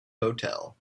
hotel